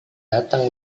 datang